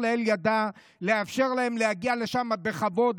לאל ידה לאפשר להם להגיע לשם בכבוד,